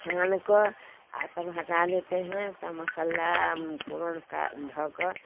छान क और तब हटा लेते हैं तब मसाला फोरन का धोकर